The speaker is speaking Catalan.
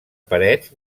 parets